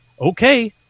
Okay